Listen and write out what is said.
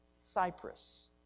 Cyprus